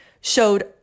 showed